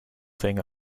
thing